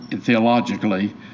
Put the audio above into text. theologically